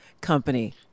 Company